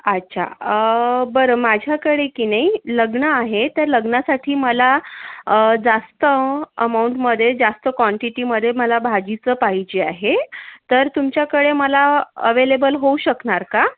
अच्छा बरं माझ्याकडे की नाही लग्न आहे तर लग्नासाठी मला जास्त अमाऊंटमध्ये जास्त क्वांटिटीमध्ये मला भाजीचं पाहिजे आहे तर तुमच्याकडे मला अवेलेबल होऊ शकणार का